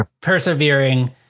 persevering